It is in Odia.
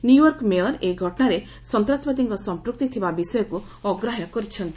ନ୍ୟୁୟର୍କ ମେୟର ଏହି ଘଟଣାରେ ସନ୍ତାସବାଦୀଙ୍କ ସଂପୃକ୍ତି ଥିବା ବିଷୟକୁ ଅଗ୍ରାହ୍ୟ କରିଛନ୍ତି